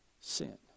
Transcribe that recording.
sin